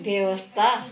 व्यवस्था